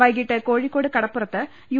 വൈകിട്ട് കോഴിക്കോട് കടപ്പുറത്ത് യു